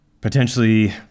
potentially